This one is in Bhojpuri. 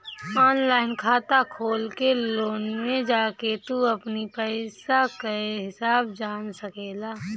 ऑनलाइन खाता खोल के लोन में जाके तू अपनी पईसा कअ हिसाब जान सकेला